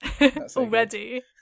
already